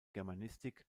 germanistik